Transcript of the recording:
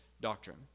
doctrine